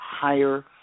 higher